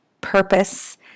purpose